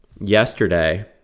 yesterday